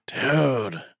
dude